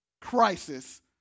crisis